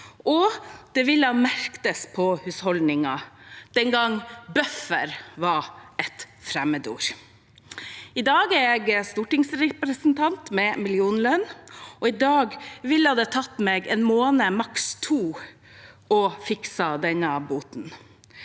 det ville merkes på husholdningen – den gangen buffer var et fremmedord. I dag er jeg stortingsrepresentant med millionlønn, og i dag ville det tatt meg en måned – maks to – å fikse denne boten.